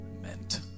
meant